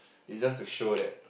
is just to show that